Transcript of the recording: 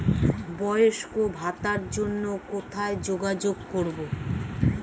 বয়স্ক ভাতার জন্য কোথায় যোগাযোগ করব?